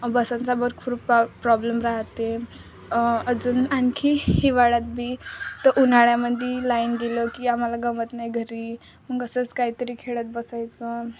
बसांचा भर खूर pro problem राहाते अजून आणखी हिवाळ्यात बी तर उन्हाळ्यामध्ये लाईन गेलं की आम्हाला गमत नाही घरी मग असंच काहीतरी खेड्यात बसायचं